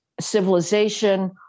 civilization